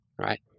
right